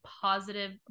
positive